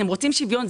אתם רוצים שוויון?